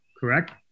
Correct